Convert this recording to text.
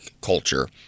culture